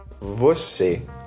Você